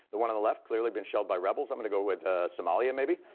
the one on the left, clearly been shelled by rebels, i'm gonna go with somalia, maybe.